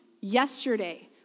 yesterday